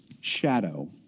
shadow